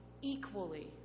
equally